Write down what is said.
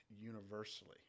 universally